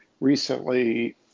recently